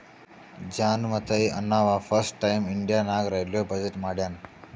John Mathai ಅಂನವಾ first time India ನಾಗ್ railway budget ಮಾಡ್ಯಾನ್